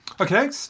Okay